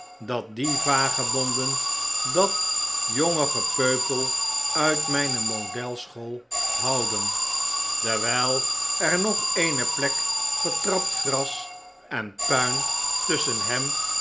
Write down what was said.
dat die vagebonden dat jonge gepeupel uit mijne model school houden dewijl er nog eene plek vertrapt gras en puin tusschen hem